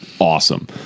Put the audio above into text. awesome